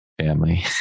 family